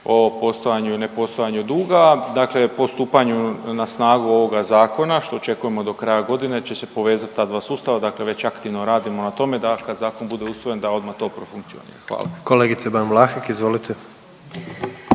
o postojanju i nepostojanju duga, dakle po stupanju na snagu ovoga zakona, što očekujemo do kraja godine, će se povezat ta dva sustava, dakle već aktivno radimo na tome da kad zakon bude usvojen da odmah to profunkcionira, hvala. **Jandroković,